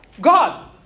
God